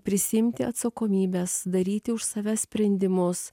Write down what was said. prisiimti atsakomybes daryti už save sprendimus